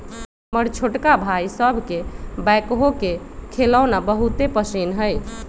हमर छोटका भाई सभके बैकहो के खेलौना बहुते पसिन्न हइ